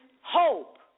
hope